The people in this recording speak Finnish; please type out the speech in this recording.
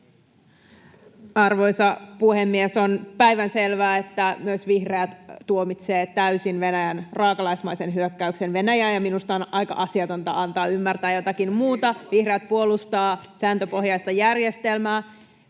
Arvoisa puhemies! On päivänselvää, että myös vihreät tuomitsevat täysin Venäjän raakalaismaisen hyökkäyksen Ukrainaan, ja minusta on aika asiatonta antaa ymmärtää jotakin muuta. [Janne Heikkisen välihuuto] Vihreät puolustavat sääntöpohjaista järjestelmää.